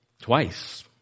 Twice